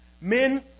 Men